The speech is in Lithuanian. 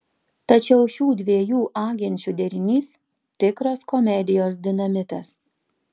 tačiau šių dviejų agenčių derinys tikras komedijos dinamitas